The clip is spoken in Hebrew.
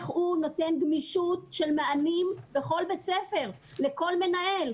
נותן גמישות במענים לכל בית ספר ולכל מנהל.